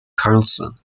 carlson